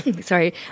sorry